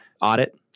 audit